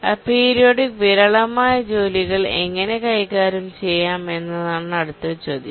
aperiodic വിരളമായ ജോലികൾ എങ്ങനെ കൈകാര്യം ചെയ്യാമെന്നതാണ് അടുത്ത ചോദ്യം